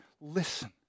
listen